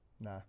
Nah